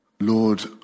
Lord